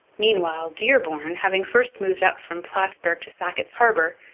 meanwhile dearborn, having first moved up from plattsburg to sackett's harbour,